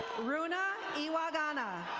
runa iwagana.